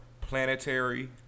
Planetary